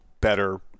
better